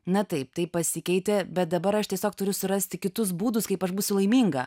na taip tai pasikeitė bet dabar aš tiesiog turiu surasti kitus būdus kaip aš būsiu laiminga